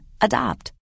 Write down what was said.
Adopt